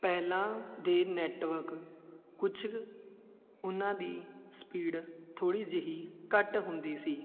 ਪਹਿਲਾਂ ਦੇ ਨੈੱਟਵਰਕ ਕੁਛ ਉਹਨਾਂ ਦੀ ਸਪੀਡ ਥੋੜ੍ਹੀ ਜਿਹੀ ਘੱਟ ਹੁੰਦੀ ਸੀ